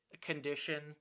condition